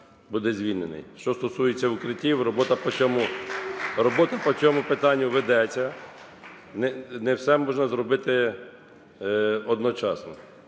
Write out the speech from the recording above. Що стосується укриттів. Робота по цьому питанню ведеться. Не все можна зробити одночасно,